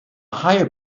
higher